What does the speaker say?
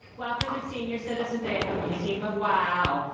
welcome to senior citizen day at the museum of wow.